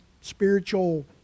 spiritual